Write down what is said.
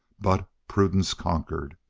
but prudence conquered.